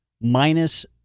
minus